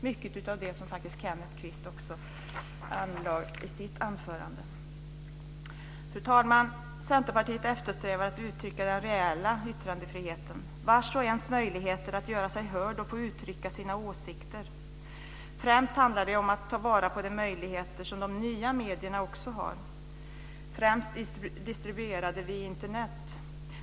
Mycket av detta tog också Kenneth Kvist upp i sitt anförande. Fru talman! Centerpartiet eftersträvar att utöka den reella yttrandefriheten, vars och ens möjligheter att göra sig hörd och få uttrycka sina åsikter. Främst handlar det om att ta vara på de möjligheter som de nya medierna har, främst distribuerade via Internet.